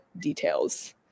details